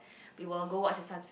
we will go watch a sunset